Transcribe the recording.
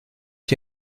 est